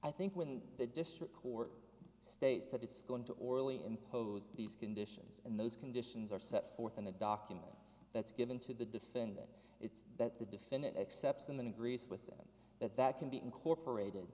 i think when the district court states that it's going to orally impose these conditions and those conditions are set forth in a document that's given to the defendant it's that the defendant accepts and then agrees with them that that can be incorporated